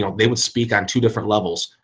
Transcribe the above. they would speak on two different levels,